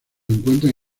encuentran